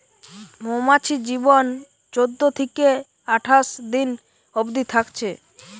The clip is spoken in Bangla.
মৌমাছির জীবন চোদ্দ থিকে আঠাশ দিন অবদি থাকছে